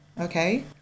okay